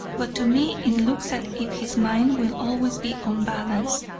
but to me it looks as if his mind will always be unbalanced.